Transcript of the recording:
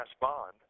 bond